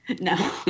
No